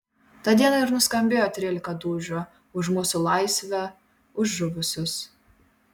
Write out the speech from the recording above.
tą dieną ir nuskambėjo trylika dūžių už mūsų laisvę už žuvusius